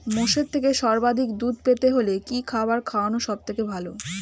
মোষের থেকে সর্বাধিক দুধ পেতে হলে কি খাবার খাওয়ানো সবথেকে ভালো?